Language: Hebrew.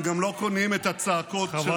הם גם לא קונים את הצעקות שלכם שם באופוזיציה.